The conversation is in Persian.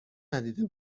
ندیده